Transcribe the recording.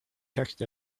text